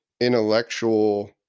intellectual